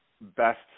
best